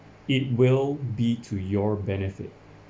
it will be to your benefit